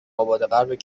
آبادغرب